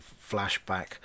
flashback